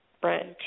branch